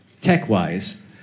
tech-wise